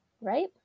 right